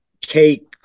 cake